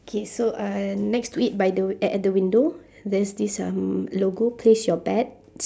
okay so uh next to it by the w~ a~ at the window there's this um logo place your bets